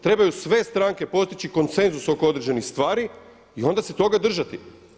Trebaju sve stranke postići konsenzus oko određenih stvari i onda se toga držati.